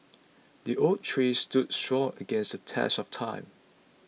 the oak tree stood strong against the test of time